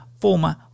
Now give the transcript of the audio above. former